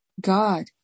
God